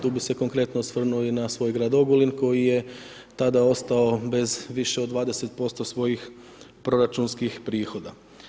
Tu bih se konkretno osvrnuo i na svoj grad Ogulim koji je tada ostao bez više od 20% svojih proračunskih prihoda.